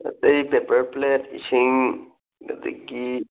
ꯑꯇꯩ paper plate ꯏꯁꯤꯡ ꯑꯗꯒꯤ